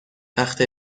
تخت